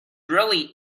really